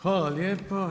Hvala lijepo.